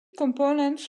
components